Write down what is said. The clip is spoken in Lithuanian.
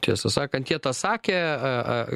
tiesą sakant jie tą sakė a